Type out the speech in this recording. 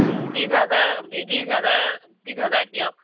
বিছ হাজাৰ বিছ হাজাৰ বিছ হাজাৰত দিয়ক